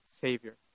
Savior